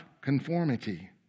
conformity